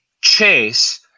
chase